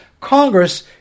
Congress